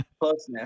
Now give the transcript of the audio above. closeness